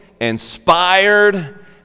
inspired